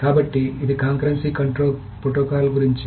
కాబట్టి ఇది concurrency control ప్రోటోకాల్ల గురించి